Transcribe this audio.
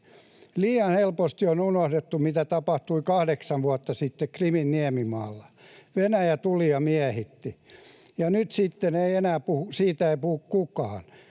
Liian helposti on unohdettu, mitä tapahtui kahdeksan vuotta sitten Krimin niemimaalla: Venäjä tuli ja miehitti, ja nyt sitten siitä ei puhu kukaan.